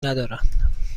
ندارند